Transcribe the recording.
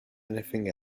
anything